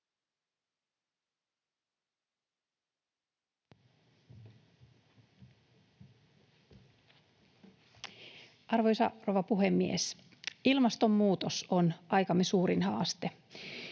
Arvoisa rouva puhemies! Ilmastonmuutos on aikamme suurin haaste.